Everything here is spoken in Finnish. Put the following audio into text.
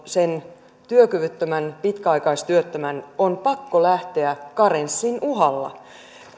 työkyvyttömän pitkäaikaistyöttömän on pakko lähteä karenssin uhalla